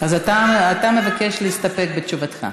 אז תעשו אז אתה מבקש להסתפק בתשובתך.